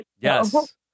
yes